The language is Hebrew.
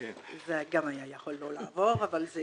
זה גם היה יכול לא לעבור אבל זה